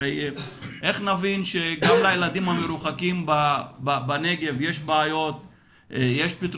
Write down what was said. איך נבין שגם לילדים המרוחקים בנגב יש פתרונות